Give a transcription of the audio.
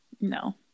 No